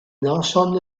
noson